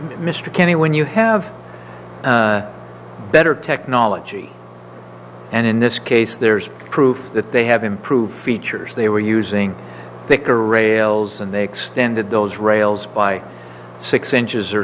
mr kenny when you have better technology and in this case there is proof that they have improved features they were using thicker rails and they extended those rails by six inches or